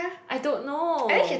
I don't know